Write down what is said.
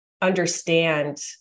understand